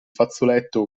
fazzoletto